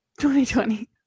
2020